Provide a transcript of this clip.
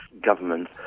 government